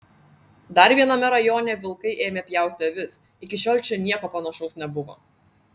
dar viename rajone vilkai ėmė pjauti avis iki šiol čia nieko panašaus nebuvo